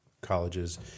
colleges